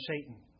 Satan